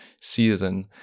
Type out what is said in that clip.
season